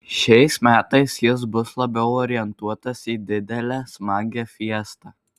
šiais metais jis bus labiau orientuotas į didelę smagią fiestą